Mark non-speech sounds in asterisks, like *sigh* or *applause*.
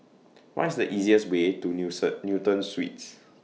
What IS The easiest Way to *unintelligible* Newton Suites